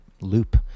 loop